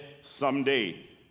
someday